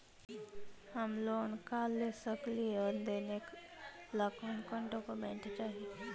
Home loan का हम ले सकली हे, और लेने ला कोन कोन डोकोमेंट चाही?